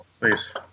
Please